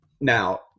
Now